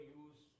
use